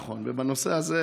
בבקשה.